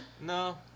No